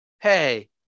Hey